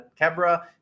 Kebra